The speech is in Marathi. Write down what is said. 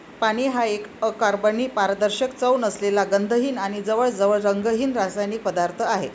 पाणी हा एक अकार्बनी, पारदर्शक, चव नसलेला, गंधहीन आणि जवळजवळ रंगहीन रासायनिक पदार्थ आहे